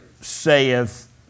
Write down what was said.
saith